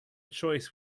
choice